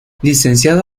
licenciado